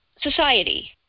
society